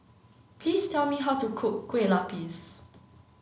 please tell me how to cook Kueh Lapis